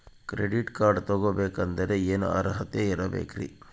Credit card ತೊಗೋ ಬೇಕಾದರೆ ಏನು ಅರ್ಹತೆ ಇರಬೇಕ್ರಿ?